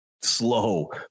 slow